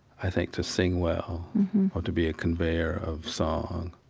i think to sing well or to be a conveyor of song,